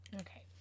Okay